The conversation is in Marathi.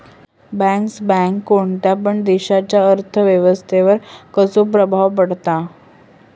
बँकर्स बँक कोणत्या पण देशाच्या अर्थ व्यवस्थेवर कसो प्रभाव पाडता?